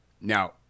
Now